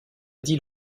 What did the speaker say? dit